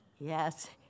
Yes